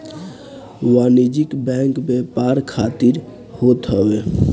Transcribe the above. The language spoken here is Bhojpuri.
वाणिज्यिक बैंक व्यापार खातिर होत हवे